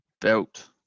belt